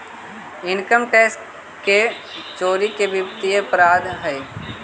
income tax के चोरी भी वित्तीय अपराध हइ